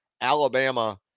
Alabama